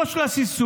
לא של השיסוי.